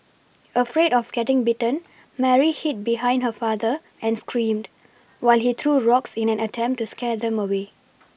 afraid of getting bitten Mary hid behind her father and screamed while he threw rocks in an attempt to scare them away